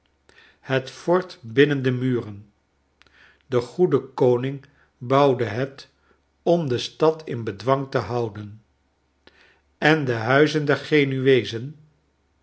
het fort binnen de muren de goede koning bouwde het om de stad in bedwang te houden en de huizen der